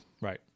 Right